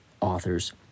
authors